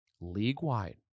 league-wide